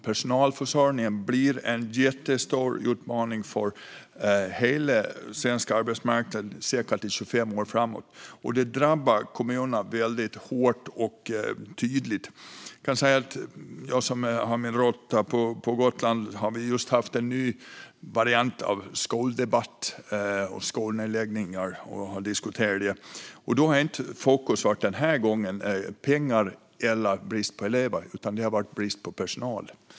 Personalförsörjningen blir en jättestor utmaning för hela den svenska arbetsmarknaden i säkert 25 år framåt, och det drabbar kommunerna väldigt hårt och tydligt. Jag har mina rötter på Gotland. Där har vi just haft en ny variant av skoldebatt när vi diskuterat skolnedläggningar. Den här gången är det inte pengar eller brist på elever som har varit i fokus, utan bristen på personal.